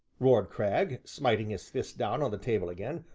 roared cragg, smiting his fist down on the table again,